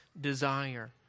desire